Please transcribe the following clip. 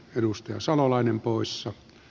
arvoisa puhemies